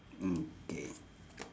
mm K